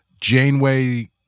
Janeway